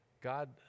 God